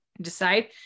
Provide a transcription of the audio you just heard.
decide